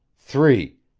three.